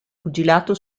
pugilato